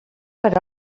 per